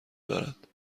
دارد